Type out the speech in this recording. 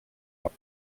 roc